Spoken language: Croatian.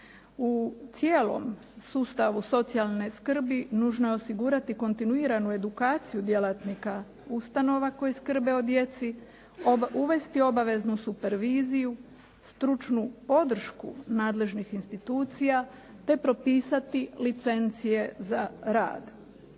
U cijelom sustavu socijalne skrbi nužno je osigurati kontinuiranu edukaciju djelatnika ustanova koji skrbe o djeci, uvesti obaveznu superviziju, stručnu podršku nadležnih institucija te propisati licencije za rad.